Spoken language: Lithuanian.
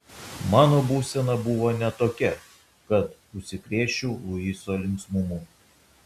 mano būsena buvo ne tokia kad užsikrėsčiau luiso linksmumu